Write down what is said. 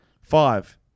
Five